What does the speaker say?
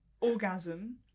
orgasm